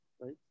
right